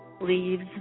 leaves